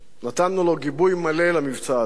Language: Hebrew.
נתנו לו גיבוי מלא למבצע הזה.